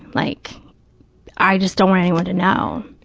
like i just don't want anyone to know.